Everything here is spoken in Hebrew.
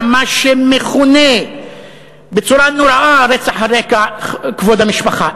מה שמכונה בצורה נוראה "רצח על כבוד המשפחה".